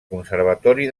conservatori